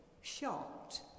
shocked